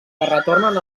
retornen